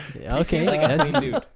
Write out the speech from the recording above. okay